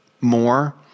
more